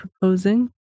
proposing